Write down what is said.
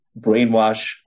brainwash